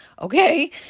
Okay